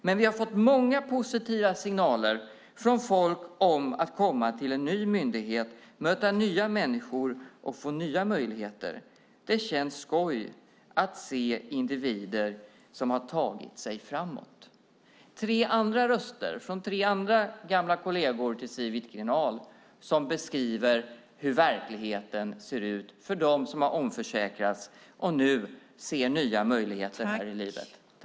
Men vi har fått många positiva signaler från folk om att komma till en ny myndighet, möta nya människor och få nya möjligheter. Det känns skoj att se att individer har tagit sig framåt." Det var tre röster från tre andra kolleger till Siw Wittgren-Ahl som beskriver hur verkligheten ser ut för dem som har omförsäkrats och nu ser nya möjligheter i livet.